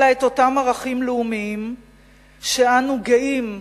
אלא את אותם ערכים לאומיים שאנו גאים בהם,